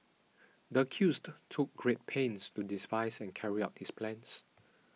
the accused took great pains to devise and carry out his plan